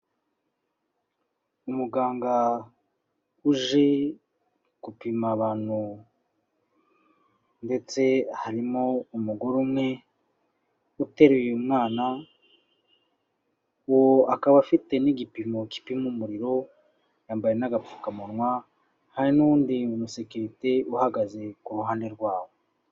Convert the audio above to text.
Umuganga uje gupima abantu, ndetse harimo umugore umwe utereye umwana, Uwo akaba afite n'igipimo gipima umuriro, yambaye n'agapfukamunwa, hari n'uwundi musekirite uhagaze, ku ruhande rwabo.